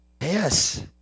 Yes